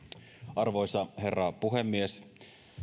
arvoisa herra puhemies